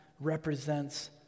represents